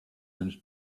and